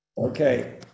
Okay